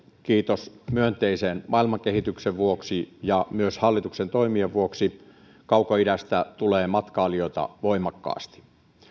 kiitos myönteisen maailmankehityksen ja myös hallituksen toimien kaukoidästä tulee matkailijoita voimakkaasti